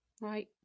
right